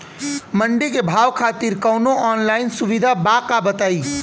मंडी के भाव खातिर कवनो ऑनलाइन सुविधा बा का बताई?